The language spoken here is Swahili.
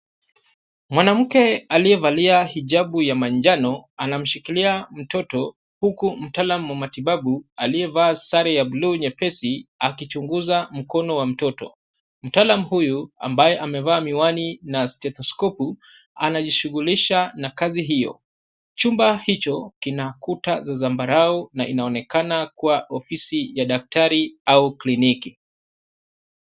Mwanamke aliyevalia hijabu ya manjano amamshikilia mtoto, huku mtaalam wa matibabu aliyevaa sare ya bluu nyepesi, akichunguza mkono wa mtoto. Mtaalam huyu ambaye amevaa miwani na stethoskopu, anajishughulisha na kazi hiyo. Chumba hicho, kina kuta za zambarau na inaonekana kuwa ofisi ya daktari au kliniki.